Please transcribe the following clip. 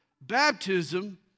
baptism